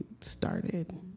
started